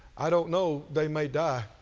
i don't know, they may die.